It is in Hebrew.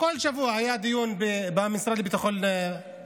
כל שבוע היה דיון במשרד שהיה אז המשרד לביטחון הפנים,